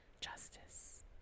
Justice